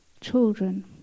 Children